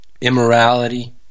Immorality